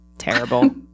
terrible